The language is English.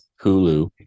hulu